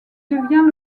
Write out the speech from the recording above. devient